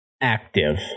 active